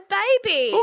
baby